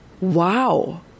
Wow